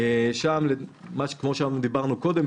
כפי שדיברנו קודם,